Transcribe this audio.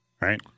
right